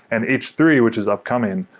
and h three which is upcoming.